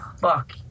fuck